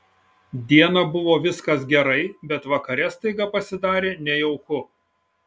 dieną buvo viskas gerai bet vakare staiga pasidarė nejauku